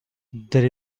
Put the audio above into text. there